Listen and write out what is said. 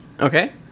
Okay